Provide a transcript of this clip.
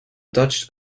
dutch